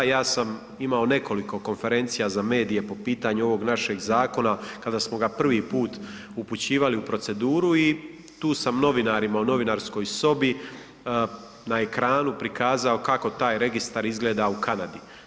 Ja sam imao nekoliko konferencija za medije po pitanju ovog našeg zakona kada smo ga prvi put upućivali u proceduru i tu sam novinarima u novinarskoj sobi na ekranu prikazao kako taj registar izgleda u Kanadi.